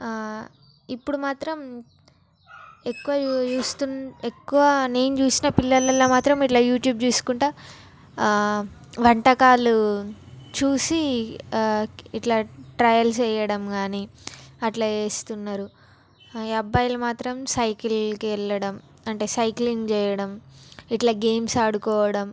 ఆ ఇప్పుడు మాత్రం ఎక్కువ ఎక్కువ నేను చూసిన పిల్లలు మాత్రం ఇట్లా యూట్యూబ్ చూసుకొంటా ఆ వంటకాలు చూసి ఆ ఇట్లా ట్రైల్స్ వేయడం కాని అట్లా చేస్తున్నారు ఆ అబ్బాయిలు మాత్రం సైకిళ్ళకి వెళ్ళడం అంటే సైక్లింగ్ చెయ్యడం ఇట్లా గేమ్స్ ఆడుకోవడం